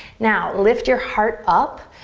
now, lift your heart up,